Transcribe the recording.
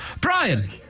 Brian